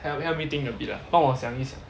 help help me thinking a bit lah 帮我想一想